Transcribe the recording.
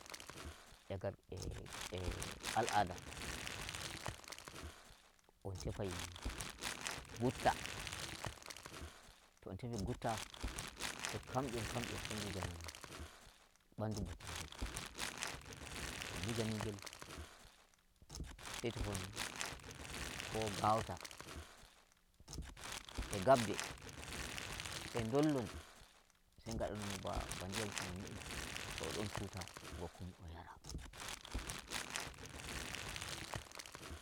E ngal al'ada on tefai nbutta to on tefi ngutta, sai kham'yon kham'yon sai nguja non bandu baccel ngel. To on nguja ni ngel, sai tefon ko gauta e gabde, sai ndollon sai ngado non mo ba ba ndiyam kunu ni'i, to odon tuta ba kunu o yara.